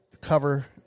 cover